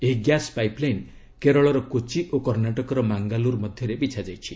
ଏହି gas pipeline କେରଳର କୋଚି ଓ କର୍ଣ୍ଣାଟକର ମାଙ୍ଗାଲୁରୁ ମଧ୍ୟରେ ବିଛାଯାଇଛି